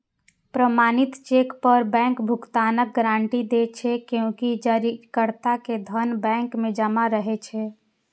प्रमाणित चेक पर बैंक भुगतानक गारंटी दै छै, कियैकि जारीकर्ता के धन बैंक मे जमा रहै छै